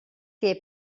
què